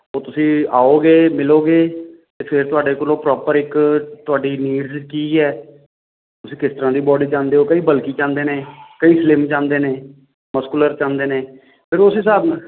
ਉਹ ਤੁਸੀਂ ਆਓਗੇ ਮਿਲੋਗੇ ਅਤੇ ਫਿਰ ਤੁਹਾਡੇ ਕੋਲੋਂ ਪ੍ਰੋਪਰ ਇੱਕ ਤੁਹਾਡੀ ਨੀਡ ਕੀ ਹੈ ਤੁਸੀਂ ਕਿਸ ਤਰ੍ਹਾਂ ਦੀ ਬੋਡੀ ਚਾਹੁੰਦੇ ਹੋ ਕਈ ਬਲਕੀ ਚਾਹੁੰਦੇ ਨੇ ਕਈ ਸਲਿਮ ਚਾਹੁੰਦੇ ਨੇ ਮਸਕੂਲਰ ਚਾਹੁੰਦੇ ਨੇ ਫਿਰ ਉਸ ਹਿਸਾਬ ਨਾਲ